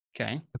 Okay